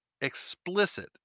explicit